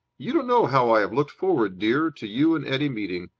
you don't know how i have looked forward, dear, to you and eddie meeting.